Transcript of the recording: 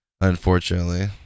unfortunately